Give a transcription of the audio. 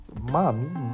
Moms